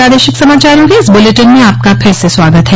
प्रादेशिक समाचारों के इस बुलेटिन में आपका फिर से स्वागत है